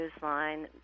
Newsline